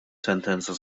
sentenza